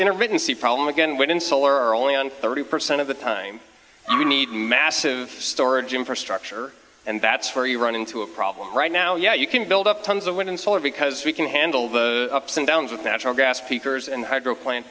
written see problem again when solar only on thirty percent of the time i need massive storage infrastructure and that's where you run into a problem right now you can build up tons of wind and solar because we can handle the ups and downs with natural gas peakers and hydro plan